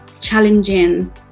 challenging